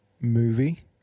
movie